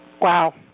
Wow